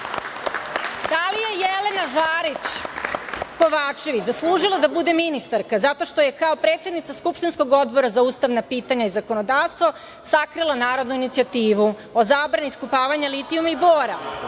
li je Jelena Žarić Kovačević zaslužila da bude ministarka zato što je kao predsednica skupštinsko Odbora za ustavna pitanja i zakonodavstvo sakrila narodnu inicijativu o zabrani iskopavanja litijuma i bora,